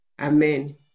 Amen